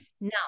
Now